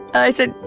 i said,